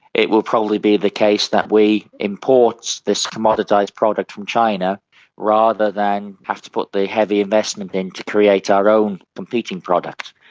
it will probably be the case that we import this commoditised product from china rather than have to put the heavy investment in to create our own competing product.